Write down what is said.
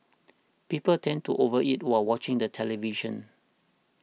people tend to over eat while watching the television